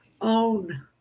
own